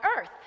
earth